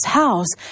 house